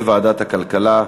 לוועדת הכלכלה.